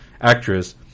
actress